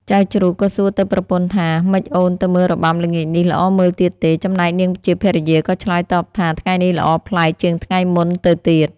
ចៅជ្រូកក៏សួរទៅប្រពន្ធថា ម៉េចអូនទៅមើលរបាំល្ងាចនេះល្អមើលទៀតទេ? ចំណែកនាងជាភរិយាក៏ឆ្លើយតបថា ថ្ងៃនេះល្អប្លែកជាងថ្ងៃមុនទៅទៀត។